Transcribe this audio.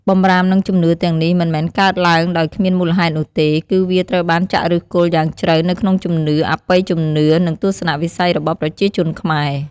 បម្រាមនិងជំនឿទាំងនេះមិនមែនកើតឡើងដោយគ្មានមូលហេតុនោះទេ គឺវាត្រូវបានចាក់ឫសគល់យ៉ាងជ្រៅនៅក្នុងជំនឿ អបិយជំនឿ និងទស្សនៈវិស័យរបស់ប្រជាជនខ្មែរ។